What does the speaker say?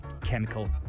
Chemical